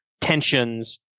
tensions